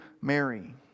Mary